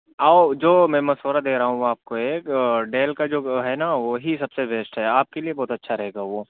آؤ جو میں مشورہ دے رہا ہوں آپ کو ایک ڈیل کا جو ہے نا وہی سب سے بیسٹ ہے آپ کے لیے بہت اچھا رہے گا وہ